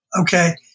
Okay